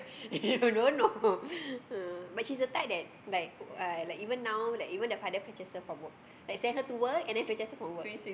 don't know uh but she's the type that like uh like even now like even the father fetches her from work like send her to work and then fetches her from work